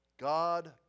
God